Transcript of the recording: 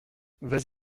vas